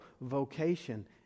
Vocation